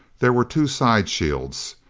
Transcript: there were two side shields.